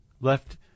left